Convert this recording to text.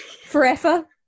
forever